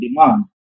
demand